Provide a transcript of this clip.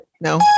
no